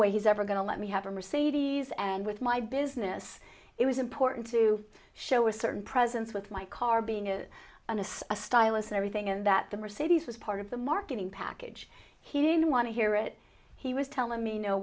way he's ever going to let me have a mercedes and with my business it was important to show a certain presence with my car being a honest a stylus and everything and that the mercedes was part of the marketing package he didn't want to hear it he was telling me no